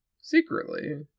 secretly